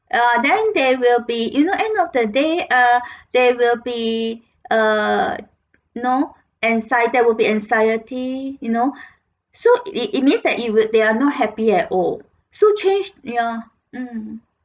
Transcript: ah then there will be you know end of the day ah there will be uh you know anxie~ there will be anxiety you know so it it means that it would they are not happy at all so change ya mm